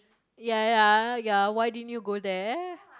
ya ya ya why din you go there